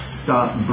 stop